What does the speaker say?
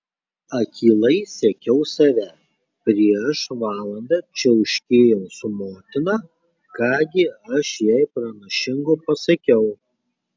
akylai sekiau save prieš valandą čiauškėjau su motina ką gi aš jai pranašingo pasakiau